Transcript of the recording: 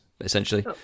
essentially